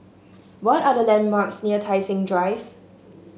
what are the landmarks near Tai Seng Drive